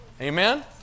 Amen